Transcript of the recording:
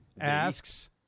asks